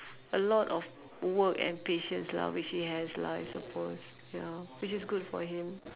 a lot of work and patience lah which he has lah I supposed ya which is good for him